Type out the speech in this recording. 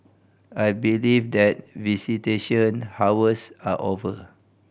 I believe that visitation hours are over